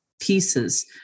pieces